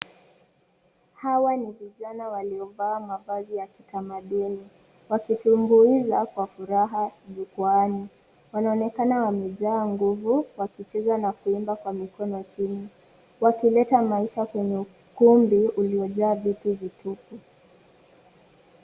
Hawa ni vijana waliovaa mavazi ya kitamaduni wakitumbuiza kwa furaha jukwaani. Wanaonekana wamejaa nguvu wakitiza na kuimba kwa wakileta maisha kwenye ukumbi uliojaa viti vitupu.